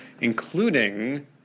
including